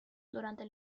durante